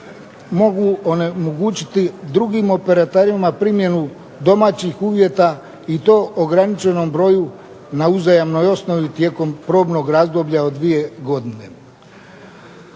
mogu onemogućiti drugim operaterima primjenu domaćih uvjeta i to ograničenom broju na uzajamnoj osnovi tijekom probnog razdoblja od dvije godine.